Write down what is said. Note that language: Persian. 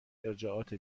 ارجاعات